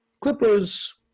Clippers